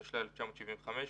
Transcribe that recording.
התשל"ה-1975,